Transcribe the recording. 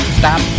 stop